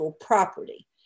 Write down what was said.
property